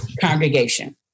congregation